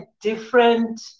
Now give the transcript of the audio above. different